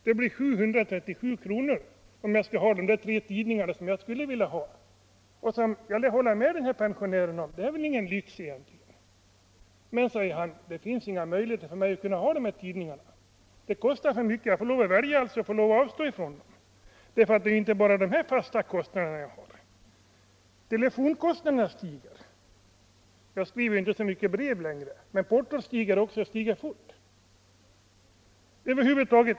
Det blir 737 kronor för de tre tidningar som jag skulle vilja ha. Jag kan hålla med den här pensionären om att tre tidningar egentligen inte är någon lyx. Men, säger han, det finns ingen möjlighet för mig att hålla alla de här tidningarna. Jag får lov att välja, för det är ju inte bara dessa fasta kostnader jag har. Telefonkostnaderna stiger. Jag skriver inte så många brev längre, men portot stiger också, och det stiger fort.